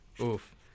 oof